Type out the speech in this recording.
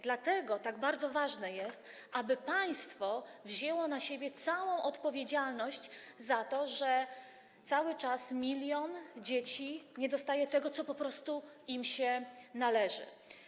Dlatego tak bardzo ważne jest, aby państwo wzięło na siebie całą odpowiedzialność za to, że cały czas milion dzieci nie dostaje tego, co im się po prostu należy.